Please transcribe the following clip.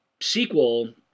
sequel